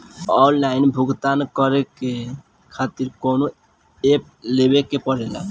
Online भुगतान करके के खातिर कौनो ऐप लेवेके पड़ेला?